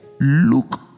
look